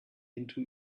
into